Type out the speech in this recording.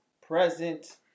present